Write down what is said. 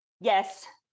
yes